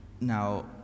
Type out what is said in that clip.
Now